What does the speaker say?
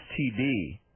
STD